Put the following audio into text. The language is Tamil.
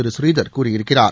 பூநீதர் கூறியிருக்கிறார்